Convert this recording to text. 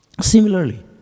Similarly